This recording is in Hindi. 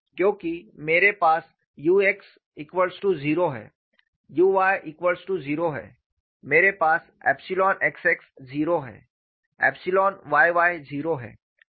क्योंकि मेरे पास u x बराबर 0 है u y बराबर 0 है मेरे पास एप्सिलॉन xx 0 है एप्सिलॉन yy 0 है